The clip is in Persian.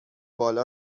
بالا